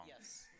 Yes